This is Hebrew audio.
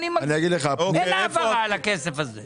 אין העברה על הכסף הזה.